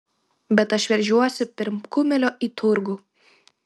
bet aš veržiuosi pirm kumelio į turgų